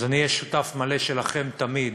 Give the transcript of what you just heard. אז אני אהיה שותף מלא שלכם תמיד